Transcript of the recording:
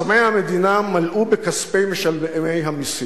אסמי המדינה מלאו בכספי משלמי המסים,